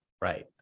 Right